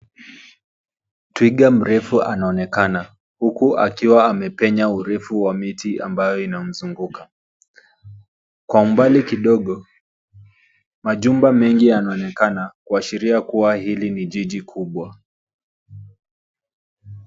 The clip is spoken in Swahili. Twiga mrefu anaonekana huku akiwa amepenya urefu wa miti ambayo inamzunguka. Kwa umbali kidogo majumba mengi yameonekana kuashiria kuwa hili ni jiji kubwa.